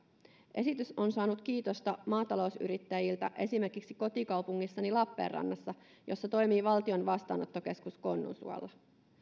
esitys on saanut kiitosta maatalousyrittäjiltä esimerkiksi kotikaupungissani lappeenrannassa jossa toimii valtion vastaanottokeskus konnunsuolla